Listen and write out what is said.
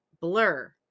blur